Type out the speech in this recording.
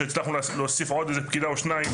שהצלחנו להוסיף עוד איזה פקידה או שתיים